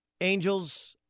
Angels